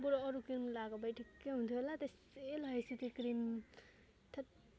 बरु अरू क्रिम लगाएको भए ठिकै हुन्थ्यो होला त्यसै लाएँछु त्यो क्रिम थैत्